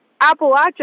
Appalachia